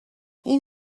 این